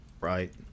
right